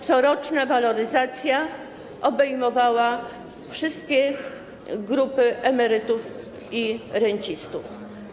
Coroczna waloryzacja obejmowała wszystkie grupy emerytów i rencistów.